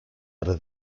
other